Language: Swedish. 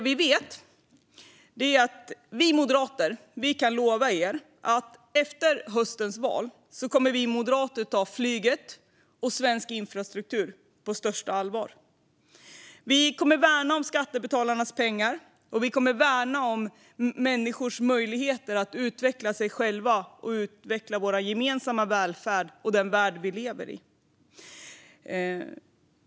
Men vi moderater kan lova er att vi efter höstens val kommer att ta flyget och svensk infrastruktur på största allvar. Vi kommer att värna skattebetalarnas pengar, och vi kommer att värna människors möjligheter att utveckla sig själva och att utveckla vår gemensamma välfärd och den värld vi lever i.